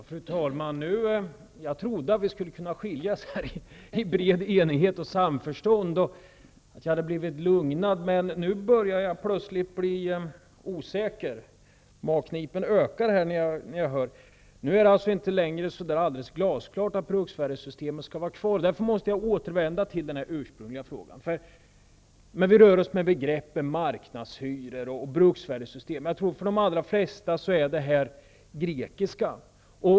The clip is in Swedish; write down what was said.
Fru talman! Jag trodde att vi skulle skiljas i bred enighet och samförstånd och att jag skulle ha blivit lugnad. Men nu börjar jag plötsligt bli osäker. Magknipet ökar. Nu är det inte längre alldeles glasklart att bruksvärdessystemet skall vara kvar. Därför måste jag återvända till den ursprungliga frågan. Vi rör oss med begreppen marknadshyror och bruksvärdessystem. För de allra flesta är detta grekiska.